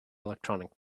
electronic